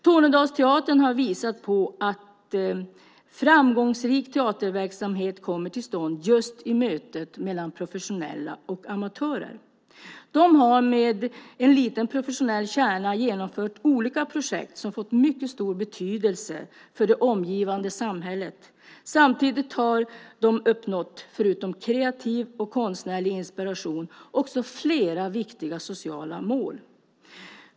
Tornedalsteatern har visat att framgångsrik teaterverksamhet kommer till stånd just i mötet mellan professionella och amatörer. De har med en liten professionell kärna genomfört olika projekt som fått mycket stor betydelse för det omgivande samhället. Förutom kreativ och konstnärlig inspiration har de uppnått flera viktiga sociala mål.